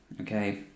okay